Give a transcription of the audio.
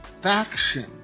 faction